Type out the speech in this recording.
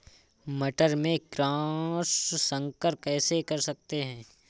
मटर में क्रॉस संकर कैसे कर सकते हैं?